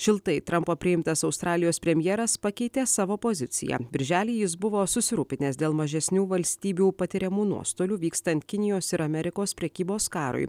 šiltai trampo priimtas australijos premjeras pakeitė savo poziciją birželį jis buvo susirūpinęs dėl mažesnių valstybių patiriamų nuostolių vykstant kinijos ir amerikos prekybos karui